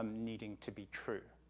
um needing to be true.